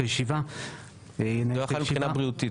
הישיבה --- לא יכול מבחינה בריאותית.